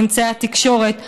אמצעי התקשורת,